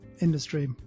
industry